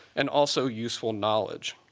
and also useful knowledge.